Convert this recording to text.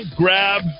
grab